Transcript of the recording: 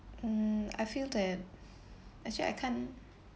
um I feel that actually I can't